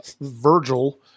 Virgil